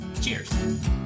Cheers